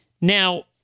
Now